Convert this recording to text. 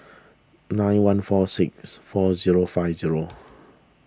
nine one four six four zero five zero